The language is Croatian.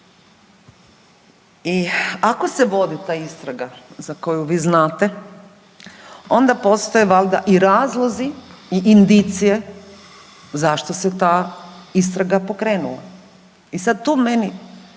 I ako se vodi ta istraga za koju vi znate, onda postoje valjda i razlozi i indicije zašto se ta istraga pokrenula. I sada tu meni